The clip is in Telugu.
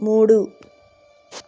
మూడు